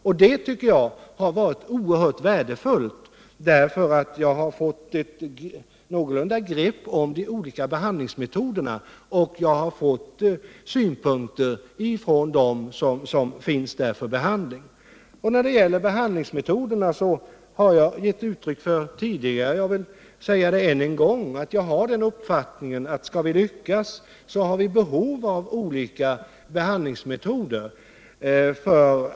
Detta har varit oerhört värdefullt därför att jag fått ett någorlunda grepp om de olika behandlingsmetoderna. Jag har fått synpunkter från dem som finns där för behandling. När det gäller behandlingsmetoderna har jag tidigare givit uttryck för den uppfattningen att om vi skall lyckas, har vi behov av olika behandlingsmetoder.